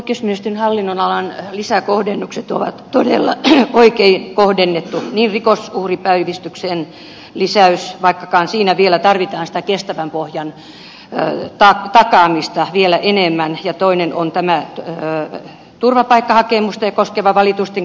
oikeusministeriön hallinnonalan lisäkohdennukset on todella oikein kohdennettu kuten rikosuhripäivystyksen lisäys vaikkakin siinä vielä tarvitaan sitä kestävän pohjan takaamista vielä enemmän ja toinen on tämä turvapaikkahakemusta koskeva valitusten käsittelyn saama lisäkohdennus